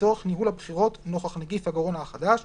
לצורך ניהול הבחירות נוכח נגיף הקורונה החדש,